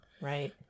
Right